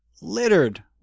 littered